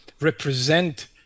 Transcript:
represent